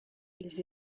les